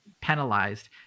penalized